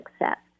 accept